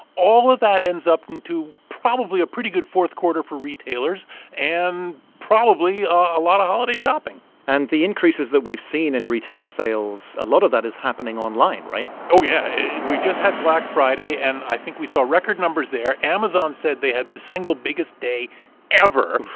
all of that ends up into probably a pretty good fourth quarter for retailers and probably a a lot of holiday shopping and the increases that we've seen in retail sales a lot of that is happening online, right? oh, yeah. we just had black friday. and i think we saw record numbers there. amazon said they had the single-biggest day ever.